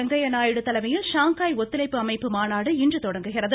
வெங்கைய நாயுடு தலைமையில் ஷாங்காய் ஒத்துழைப்பு அமைப்பு மாநாடு இன்று தொடங்குகிறது